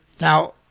now